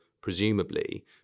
presumably